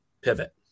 pivot